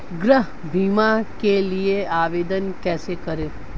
गृह बीमा के लिए आवेदन कैसे करें?